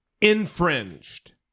infringed